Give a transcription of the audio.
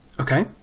Okay